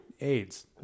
AIDS